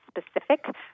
specific